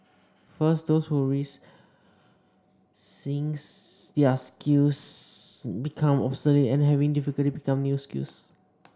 first those who risk seeing their skills become obsolete and have difficulty picking up new skills